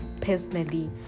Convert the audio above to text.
personally